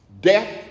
death